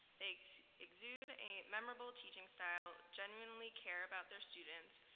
they exude a memorable teaching style, genuinely care about their students,